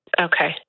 Okay